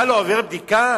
אתה לא עובר בדיקה?